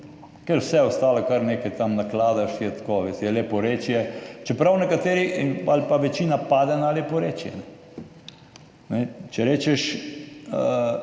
ker vse ostalo, kar nekaj tam nakladaš, je tako, veste, je leporečje. Čeprav nekateri ali pa večina pade na leporečje. Če rečeš,